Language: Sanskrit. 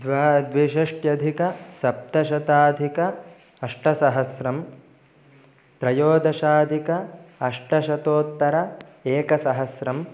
द्वे द्विषष्ट्यधिकसप्तशताधिकम् अष्टसहस्रं त्रयोदशाधिकम् अष्टशतोत्तरम् एकसहस्रम्